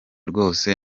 rwose